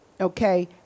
okay